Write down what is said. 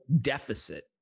deficit